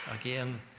again